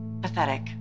pathetic